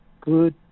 Good